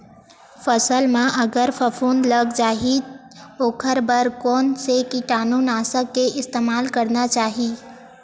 फसल म अगर फफूंद लग जा ही ओखर बर कोन से कीटानु नाशक के इस्तेमाल करना चाहि?